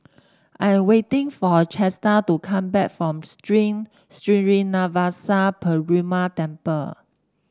I am waiting for Chester to come back from Sri Srinivasa Perumal Temple